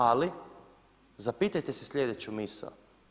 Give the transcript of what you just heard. Ali zapitajte se sljedeću misao.